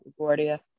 Laguardia